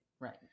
Right